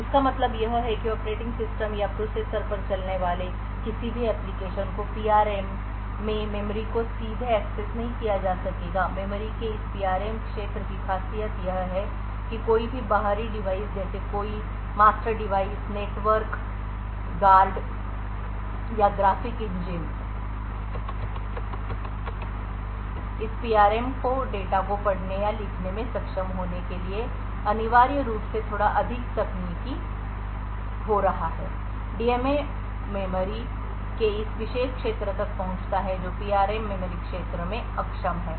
तो इसका मतलब यह है कि ऑपरेटिंग सिस्टम या प्रोसेसर पर चलने वाले किसी भी एप्लिकेशन को पीआरएम में मेमोरी को सीधे एक्सेस नहीं किया जा सकेगा मेमोरी के इस पीआरएम क्षेत्र की खासियत यह है कि कोई भी बाहरी डिवाइस जैसे कोई बाहरी मास्टर डिवाइस जैसे नेटवर्क गार्ड या ग्राफिक इंजन और इस PRM को डेटा को पढ़ने या लिखने में सक्षम होने के लिए अनिवार्य रूप से थोड़ा अधिक तकनीकी जा रहा है DMA मेमोरी के इस विशेष क्षेत्र तक पहुंचता है जो PRM मेमोरी क्षेत्र में अक्षम है